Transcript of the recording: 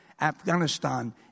Afghanistan